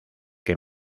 que